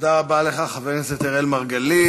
תודה רבה לך, חבר הכנסת אראל מרגלית.